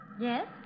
Yes